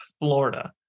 Florida